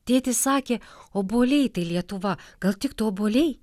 tėtis sakė obuoliai tai lietuva gal tiktų obuoliai